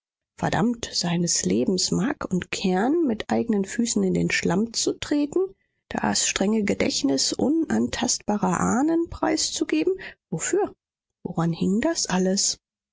verdammt seines lebens mark und kern mit eignen füßen in den schlamm zu treten das strenge gedächtnis unantastbarer ahnen preiszugeben wofür woran hing das alles